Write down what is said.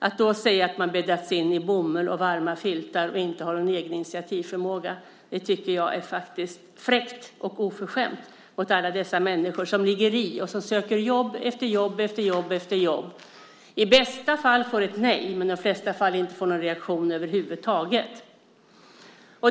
Att då säga att de bäddats in i bomull och varma filtar och inte har någon egen initiativförmåga tycker jag är fräckt och oförskämt mot alla dessa människor som ligger i och söker jobb efter jobb. I bästa fall får de ett nej, men i de flesta fall får de inte någon reaktion över huvud taget.